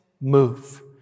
move